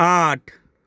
आठ